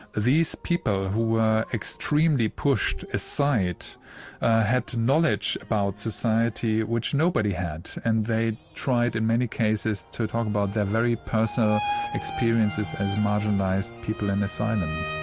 these people who were extremely pushed aside had knowledge about society which nobody had and they tried in many cases to talk about their very personal experiences as marginalised people in asylums.